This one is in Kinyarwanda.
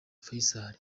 faisal